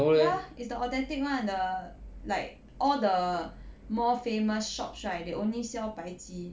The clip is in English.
ya is the authentic [one] the like all the more famous shops right they only sell 白鸡